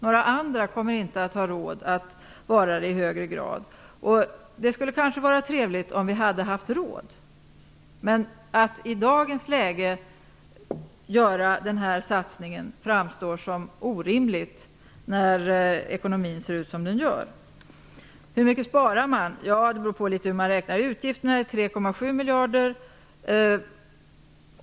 Några andra kommer inte i högre grad att ha råd att vara hemma. Det skulle kanske ha varit trevligt om vi hade haft råd. Men att i dagens läge göra denna satsning framstår som orimligt, när nu ekonomin ser ut som den gör. Hur mycket sparar man? Det beror litet på hur man räknar. Utgifterna är på 3,7 miljarder.